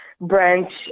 branch